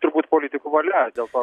turbūt politikų valia dėl to